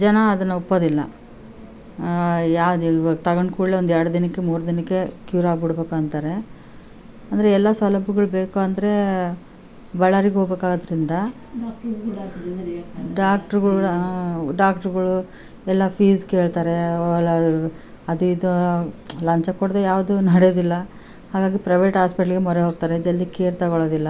ಜನ ಅದನ್ನು ಒಪ್ಪೋದಿಲ್ಲ ಯಾವುದೇ ಇವಾಗ ತಗೊಂಡ್ ಕೂಡಲೇ ಒಂದು ಎರಡು ದಿನಕ್ಕೆ ಮೂರು ದಿನಕ್ಕೆ ಕ್ಯೂರ್ ಆಗ್ಬಿಡ್ಬೇಕ್ ಅಂತಾರೆ ಅಂದರೆ ಎಲ್ಲ ಸೌಲಭ್ಯಗಳ್ ಬೇಕು ಅಂದರೆ ಬಳ್ಳಾರಿಗೆ ಹೋಗ್ಬೇಕ್ ಆದ್ರಿಂದ ಡಾಕ್ಟ್ರುಗಳ ಡಾಕ್ಟ್ರುಗಳು ಎಲ್ಲ ಫೀಸ್ ಕೇಳ್ತಾರೆ ಅಲ್ಲಾದು ಅದು ಇದು ಲಂಚ ಕೊಡದೆ ಯಾವುದು ನಡೆಯೋದಿಲ್ಲ ಹಾಗಾಗಿ ಪ್ರೈವೇಟ್ ಹಾಸ್ಪಿಟಲ್ಗೆ ಮೊರೆ ಹೋಗ್ತಾರೆ ಜಲ್ದಿ ಕೇರ್ ತಗೋಳ್ಳೋದಿಲ್ಲ